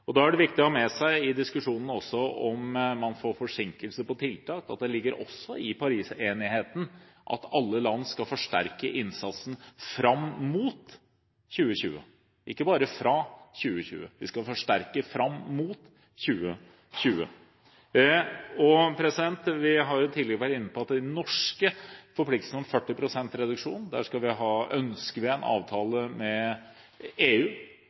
inn. Da er det også viktig å ha med seg i diskusjonen om man får forsinkelser av tiltak. Det ligger også i Paris-enigheten at alle land skal forsterke innsatsen fram mot 2020, ikke bare fra 2020. De skal forsterke fram mot 2020. Vi har tidligere vært inne på at vi ønsker en avtale med EU om de norske forpliktelsene om 40 pst. reduksjon. For Venstre er det viktig å formidle at vi mener at det bør være en